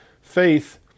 Faith